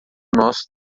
nosso